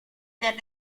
del